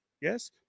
Yes